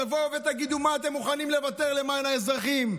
תבואו ותגידו מה אתם מוכנים לוותר למען האזרחים,